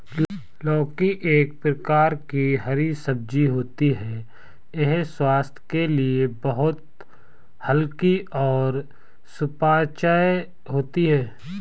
लौकी एक प्रकार की हरी सब्जी होती है यह स्वास्थ्य के लिए बहुत हल्की और सुपाच्य होती है